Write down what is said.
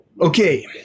okay